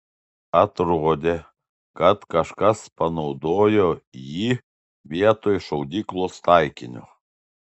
atrodė kad kažkas panaudojo jį vietoj šaudyklos taikinio